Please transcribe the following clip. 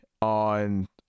on